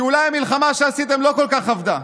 כי אולי המלחמה שעשיתם לא כל כך עבדה.